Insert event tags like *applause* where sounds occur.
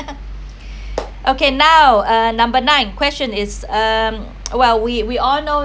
*laughs* okay now uh number nine question is um well we we all know